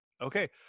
Okay